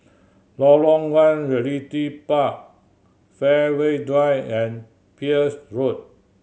Lorong One Realty Park Fairway Drive and Peirce Road